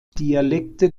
dialekte